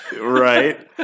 Right